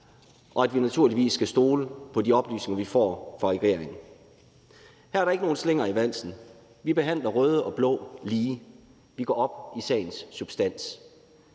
og fordi vi naturligvis skal kunne stole på de oplysninger, vi får fra regeringen. Her er der ikke nogen slinger i valsen. Vi behandler røde og blå lige. Vi går op i sagens substans.